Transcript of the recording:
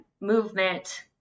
movement